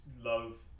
love